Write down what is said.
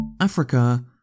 Africa